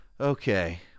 Okay